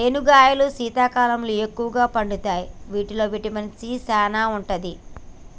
రేనుగాయలు సలికాలంలో ఎక్కుగా పండుతాయి వీటిల్లో విటమిన్ సీ సానా ఉంటది